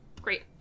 great